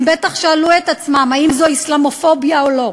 הם בטח שאלו את עצמם אם זו אסלאמופוביה או לא.